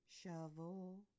shovel